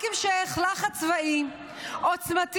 רק המשך לחץ צבאי עוצמתי,